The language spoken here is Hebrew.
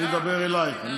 אני מדבר אלייך.